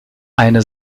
eine